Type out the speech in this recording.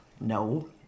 No